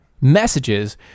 messages